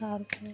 তারপর